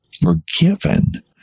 forgiven